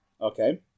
Okay